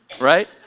right